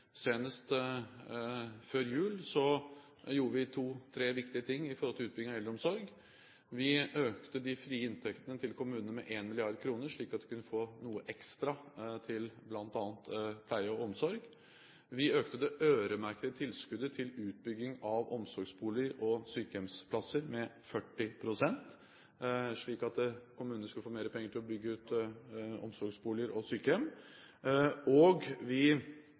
Senest før jul gjorde vi to–tre viktige ting i forhold til utbygging av eldreomsorg. Vi økte de frie inntektene til kommune med 1 mrd. kr, slik at de kunne få noe ekstra bl.a. til pleie og omsorg. Vi økte det øremerkede tilskuddet til utbygging av omsorgsboliger og sykehjemsplasser med 40 pst., slik at kommunene skulle få mer penger til å bygge ut omsorgsboliger og sykehjem, og vi